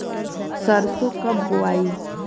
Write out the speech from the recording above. सरसो कब बोआई?